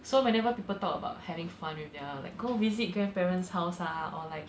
so whenever people talk about having fun with their like go visit grandparents' house ah or like